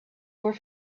were